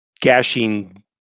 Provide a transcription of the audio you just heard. gashing